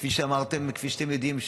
כפי שאתם יודעים,